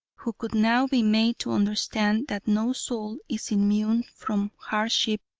who could now be made to understand that no soul is immune from hardship,